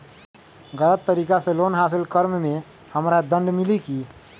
गलत तरीका से लोन हासिल कर्म मे हमरा दंड मिली कि?